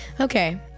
Okay